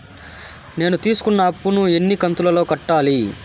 నేను తీసుకున్న అప్పు ను ఎన్ని కంతులలో కట్టాలి?